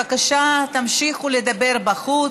בבקשה, תמשיכו לדבר בחוץ.